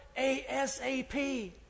ASAP